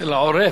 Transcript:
אצל העורב.